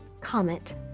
comment